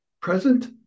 present